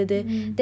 mm